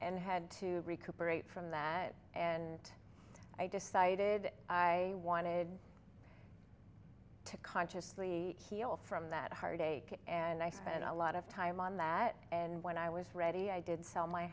and had to recuperate from that and i decided i wanted to consciously heal from that heartache and i had been a lot of time on that and when i was ready i did sell my